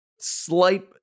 slight